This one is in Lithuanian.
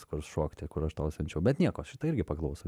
kur šokti kur aš tau siunčiau bet nieko šitą irgi paklausom